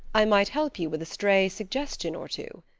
i might help you with a stray suggestion or two.